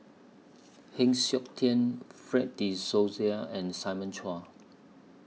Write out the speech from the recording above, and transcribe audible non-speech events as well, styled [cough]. [noise] Heng Siok Tian Fred De Souza and Simon Chua